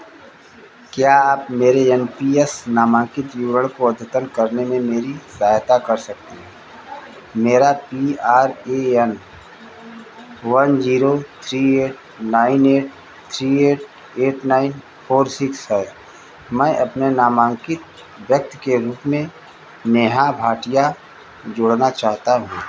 क्या आप मेरी एन पी एस नामांकित विवरण को अद्यतन करने में मेरी सहायता कर सकते हैं मेरा P R A N one zero three eight nine eight three eight eight nine four six है मैं अपने नामांकित व्यक्ति के रूप में नेहा भाटिया जोड़ना चाहता हूँ